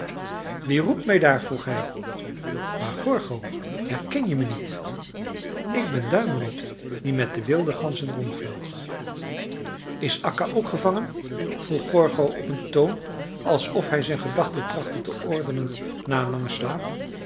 wie roept me daar vroeg hij maar gorgo herken je me niet ik ben duimelot die met de wilde ganzen rondvloog is akka ook gevangen vroeg gorgo op een toon alsof hij zijn gedachten trachtte te ordenen na een langen slaap